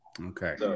okay